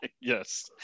Yes